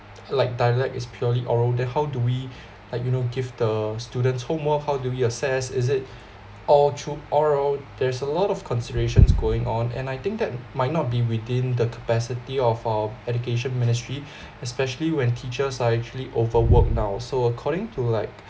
like dialect is purely oral then how do we like you know give the students' homework how do we access is it all through O_E_L there's a lot of considerations going on and I think that might not be within the capacity of our education ministry especially when teachers are actually overwork now so according to like